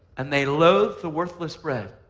and they loathed the worthless bread.